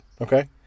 Okay